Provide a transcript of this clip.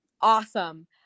awesome